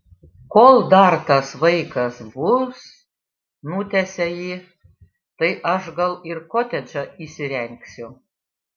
kol dar tas vaikas bus nutęsia ji tai aš gal ir kotedžą įsirengsiu